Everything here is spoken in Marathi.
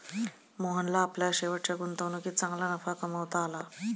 मोहनला आपल्या शेवटच्या गुंतवणुकीत चांगला नफा कमावता आला